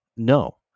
no